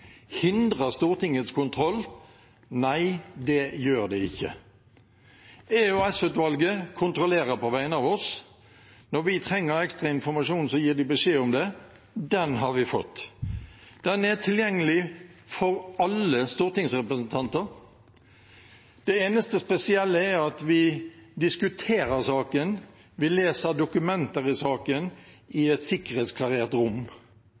hindrer Stortingets kontroll. Nei, det gjør det ikke. EOS-utvalget kontrollerer på vegne av oss. Når vi trenger ekstra informasjon, gir vi beskjed om det. Den har vi fått. Den er tilgjengelig for alle stortingsrepresentanter. Det eneste spesielle er at vi diskuterer saken og vi leser dokumenter i saken i et sikkerhetsklarert rom.